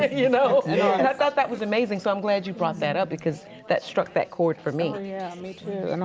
you know. and i thought that was amazing so i'm glad you brought that up because that struck that cord for me. oh yeah, me too. and